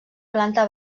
planta